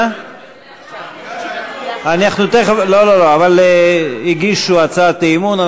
הגישו הצעת אי-אמון,